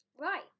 Right